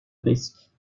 risques